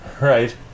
Right